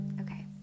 Okay